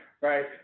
Right